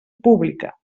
pública